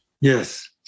Yes